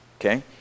okay